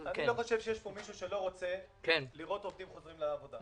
אני לא חושב שיש פה מישהו שלא רוצה לראות עובדים חוזרים לעבודה.